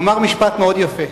הוא אמר משפט מאוד יפה.